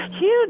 huge